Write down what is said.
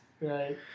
Right